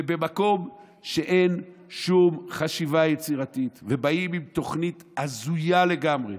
ובמקום זה אין שום חשיבה יצירתית ובאים עם תוכנית הזויה לגמרי,